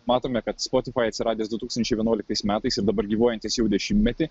matome kad spotifai atsiradęs du tūkstančiai vienuoliktais metais ir dabar gyvuojantis jau dešimtmetį